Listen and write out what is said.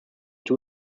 two